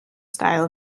style